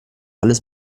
alles